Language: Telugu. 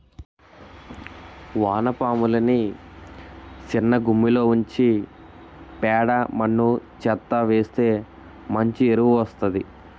వానపాములని సిన్నగుమ్మిలో ఉంచి పేడ మన్ను చెత్తా వేస్తె మంచి ఎరువు వస్తాది